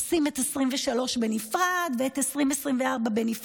עושים את 2023 בנפרד ואת 2024 בנפרד.